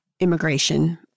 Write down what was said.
immigration